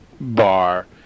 bar